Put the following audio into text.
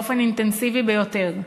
באופן אינטנסיבי ביותר,